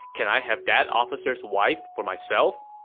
can i have that officer's wife for myself?